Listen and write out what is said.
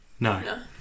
No